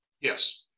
yes